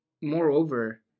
moreover